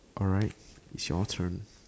alright it's your turn